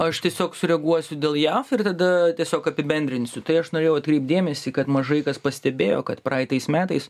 aš tiesiog sureaguosiu dėl jav ir tada tiesiog apibendrinsiu tai aš norėjau atkreipt dėmesį kad mažai kas pastebėjo kad praeitais metais